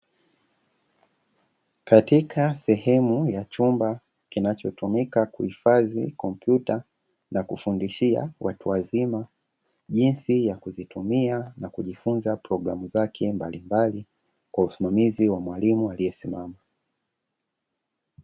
Katika sehemu ya chumba kinachotumika kuhifadhi kompyuta na kufundishia watu wazima jinsi ya kuzitumia na kujifunza programu zake mbalimbali, kwa usimamizi wa mwalimu aliyesimama.